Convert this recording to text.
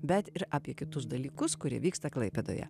bet ir apie kitus dalykus kurie vyksta klaipėdoje